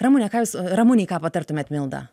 ramune ką jūs ramunei ką patartumėt milda